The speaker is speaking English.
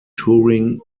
touring